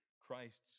Christ's